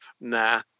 nah